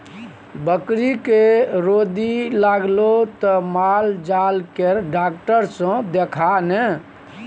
बकरीके रौदी लागलौ त माल जाल केर डाक्टर सँ देखा ने